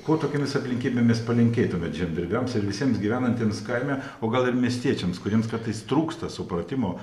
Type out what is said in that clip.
ko tokiomis aplinkybėmis palinkėtumėt žemdirbiams ir visiems gyvenantiems kaime o gal ir miestiečiams kuriems kartais trūksta supratimo